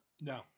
no